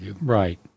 Right